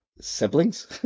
siblings